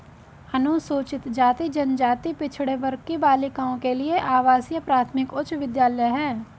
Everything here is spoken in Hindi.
अनुसूचित जाति जनजाति पिछड़े वर्ग की बालिकाओं के लिए आवासीय प्राथमिक उच्च विद्यालय है